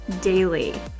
daily